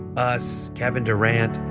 us, kevin durant,